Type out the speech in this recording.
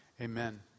Amen